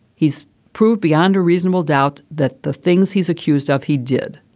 he's proved beyond a reasonable doubt that the things he's accused of, he did.